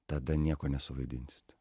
tada nieko nesuvaidinsit